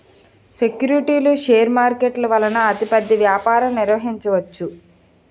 సెక్యూరిటీలు షేర్ మార్కెట్ల వలన అతిపెద్ద వ్యాపారం నిర్వహించవచ్చు